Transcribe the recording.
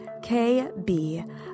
KB